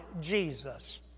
Jesus